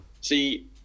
see